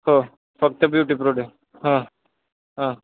हो फक्त beauty product हां हां